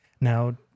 Now